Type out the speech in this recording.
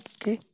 Okay